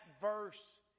verse